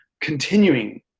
continuing